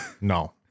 No